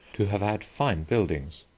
to have had fine buildings.